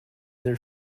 their